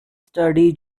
study